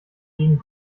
gegen